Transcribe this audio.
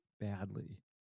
badly